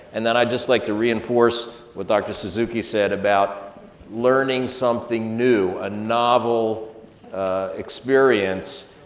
and then i'd just like to reinforce what dr. suzuki said about learning something new, a novel experience,